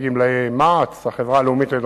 לסוג D2,